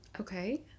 okay